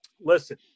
listen